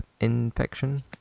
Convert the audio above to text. infection